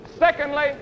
Secondly